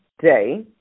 day